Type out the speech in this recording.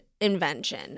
invention